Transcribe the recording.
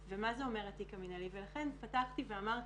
זה יכול לקרות לי,